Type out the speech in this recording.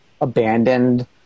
abandoned